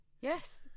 Yes